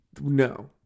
no